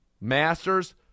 masters